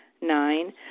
Nine